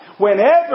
Whenever